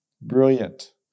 Brilliant